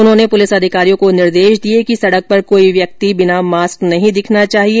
उन्होंने पुलिस अधिकारियों को निर्देश दिए कि सड़क पर कोई भी व्यक्ति बिना मास्क नहीं दिखना चाहिए